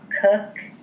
cook